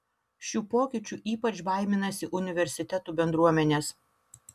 šių pokyčių ypač baiminasi universitetų bendruomenės